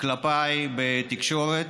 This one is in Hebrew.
כלפיי בתקשורת,